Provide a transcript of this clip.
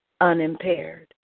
unimpaired